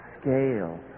scale